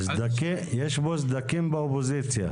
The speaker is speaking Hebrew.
יש פה סדקים באופוזיציה,